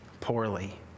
poorly